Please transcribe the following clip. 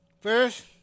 First